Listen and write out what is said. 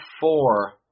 four